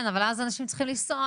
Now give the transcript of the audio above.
כן אבל אז אנשים צריכים לנסוע